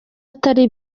atari